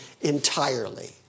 entirely